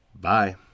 Bye